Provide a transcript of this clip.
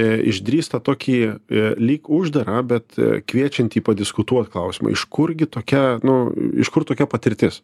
išdrįst tą tokį lyg uždarą bet kviečiantį padiskutuot klausimą iš kurgi tokia nu iš kur tokia patirtis